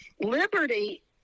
Liberty